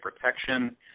protection